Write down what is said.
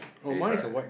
with a